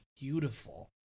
beautiful